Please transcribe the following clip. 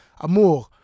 Amour